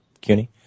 CUNY